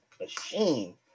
machine